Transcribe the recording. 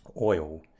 oil